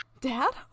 dad